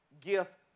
gift